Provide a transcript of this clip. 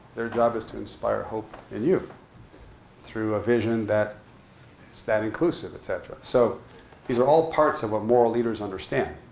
their job is to inspire hope in you through a vision that is that inclusive, et cetera. so these are all parts of what moral leaders understand.